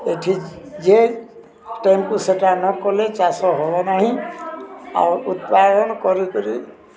ଏଠି ଯେ ଟାଇମ୍କୁ ସେଟା ନ କଲେ ଚାଷ ହେବ ନାହିଁ ଆଉ ଉତ୍ପାଦନ କରିକରି